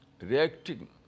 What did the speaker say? reacting